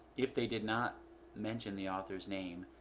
if they did not mention the author's name,